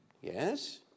Yes